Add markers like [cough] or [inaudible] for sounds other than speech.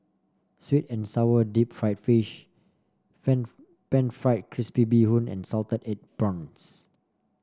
sweet and sour Deep Fried Fish [unintelligible] pan fried crispy Bee Hoon and Salted Egg Prawns